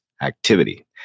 activity